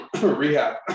rehab